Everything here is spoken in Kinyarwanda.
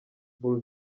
bull